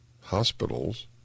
Hospitals